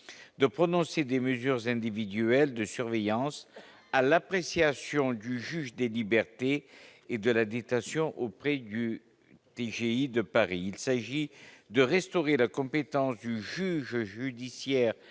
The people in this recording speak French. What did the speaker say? de prononcer des mesures individuelles de surveillance à l'appréciation du juge des libertés et de la détention auprès du TGI de Paris, il s'agit de restaurer la compétence du juge judiciaire